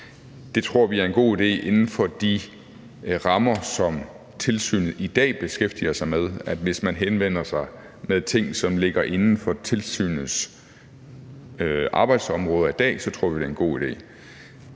Det tror vi er en god idé inden for de rammer, som tilsynet i dag beskæftiger sig med. Altså, hvis man henvender sig med ting, som ligger inden for tilsynets arbejdsområder i dag, så tror vi, det er en god idé.